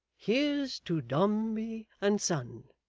here's to dombey and son